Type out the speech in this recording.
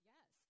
Yes